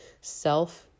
self